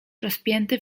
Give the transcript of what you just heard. rozpięty